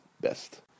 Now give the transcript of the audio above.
best